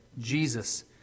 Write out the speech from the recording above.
Jesus